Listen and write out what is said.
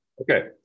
Okay